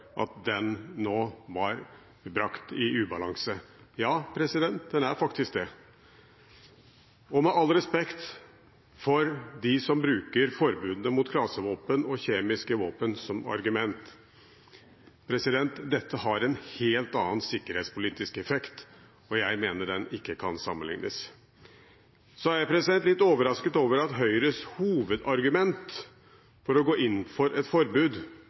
at den norske konsensuslinjen og den brede enighet vi har hatt i denne sal i mange, mange år, nå var brakt i ubalanse. Ja, den er faktisk det. Og med all respekt for dem som bruker forbudene mot klasevåpen og kjemiske våpen som argument; dette har en helt annen sikkerhetspolitisk effekt, og jeg mener det ikke kan sammenlignes. Så er jeg litt overrasket over at Høyres hovedargument for å gå inn